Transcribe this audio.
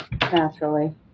Naturally